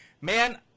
man